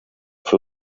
fue